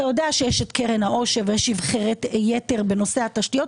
אתה יודע שיש את קרן העושר ויש --- יתר בנושא התשתיות.